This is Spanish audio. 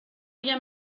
ella